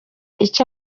icyo